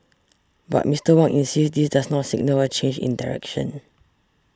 but Mister Wong insists this does not signal a change in direction